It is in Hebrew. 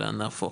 אלא נהפכו